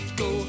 go